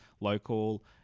local